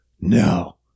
no